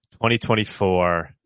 2024